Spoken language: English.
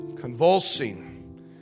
Convulsing